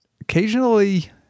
occasionally